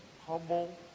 humble